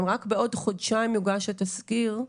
אם רק בעוד חודשיים יוגש התזכיר,